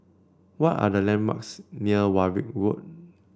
why are the landmarks near Warwick Road